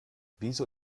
wieso